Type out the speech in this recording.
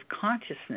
consciousness